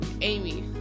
Amy